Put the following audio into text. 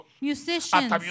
musicians